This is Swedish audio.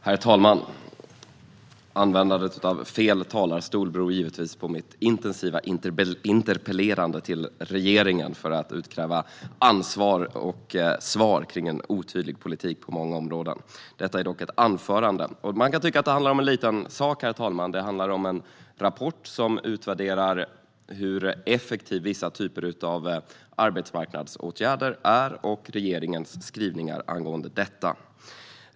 Herr talman! Att jag ville använda fel talarstol beror givetvis på mitt intensiva interpellerande till regeringen för att utkräva ansvar och svar kring en otydlig politik på många områden. Detta är dock ett anförande. Man kan tycka att det handlar om en liten sak, herr talman: en rapport som utvärderar hur effektiva vissa typer av arbetsmarknadsåtgärder är och regeringens skrivningar angående detta.